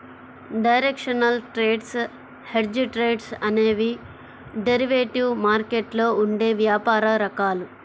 directional trades, hedged trades అనేవి derivative మార్కెట్లో ఉండే వ్యాపార రకాలు